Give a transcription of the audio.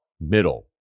middle